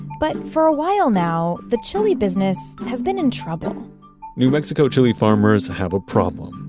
but for a while now, the chili business has been in trouble new mexico chili farmers have a problem,